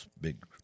big